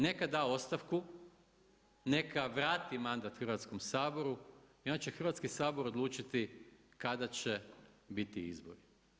Neka da ostavku, neka vrati mandat Hrvatskom saboru i onda će Hrvatski sabor odlučiti kada će biti izbori.